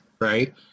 right